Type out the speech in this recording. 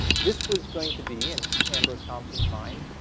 this was going to be, in ambrose thompson's mind,